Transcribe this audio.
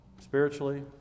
Spiritually